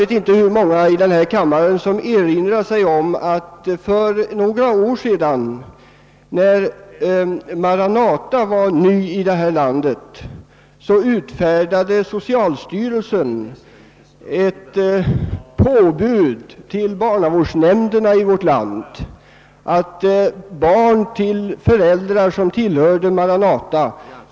Jag undrar hur många i denna kammare som erinrar sig att socialstyrelsen för några år sedan, när Maranata var en ny rörelse här i landet, anmodade barnavårdsnämnderna i landet att alldeles särskilt hålla ögonen på barn till föräldrar som tillhörde Maranata.